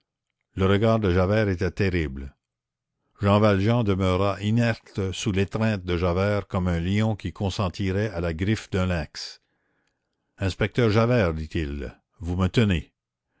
le regard de javert était terrible jean valjean demeura inerte sous l'étreinte de javert comme un lion qui consentirait à la griffe d'un lynx inspecteur javert dit-il vous me tenez